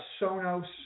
Sonos